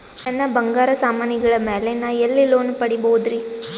ನನ್ನ ಬಂಗಾರ ಸಾಮಾನಿಗಳ ಮ್ಯಾಲೆ ನಾ ಎಲ್ಲಿ ಲೋನ್ ಪಡಿಬೋದರಿ?